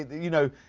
you know,